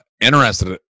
interested